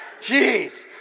Jeez